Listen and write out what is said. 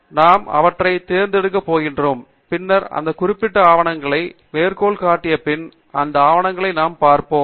பின்னர் நாம் அவற்றை தேர்ந்தெடுக்கப் போகிறோம் பின்னர் அந்த குறிப்பிட்ட ஆவணங்களை மேற்கோள் காட்டிய பின் அந்த ஆவணங்களை நாம் பார்ப்போம்